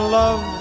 love